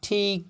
ঠিক